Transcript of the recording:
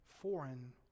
foreign